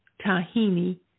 tahini